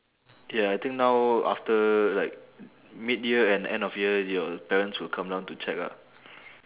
ya I think now after like mid-year and end of year your parents will come down to check ah